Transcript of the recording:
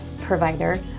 provider